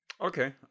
Okay